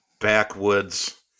backwoods